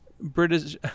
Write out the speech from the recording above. british